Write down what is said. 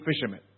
fishermen